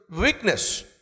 weakness